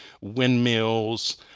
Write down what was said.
windmills